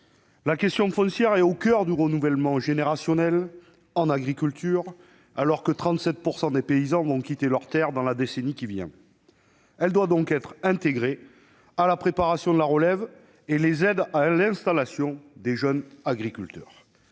La question foncière est au coeur du renouvellement générationnel en agriculture, alors que 37 % des paysans vont quitter leurs terres dans la décennie qui vient. Elle doit donc être intégrée à la préparation de la relève, par exemple les aides à l'installation des jeunes agriculteurs.